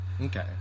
Okay